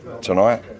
tonight